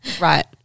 right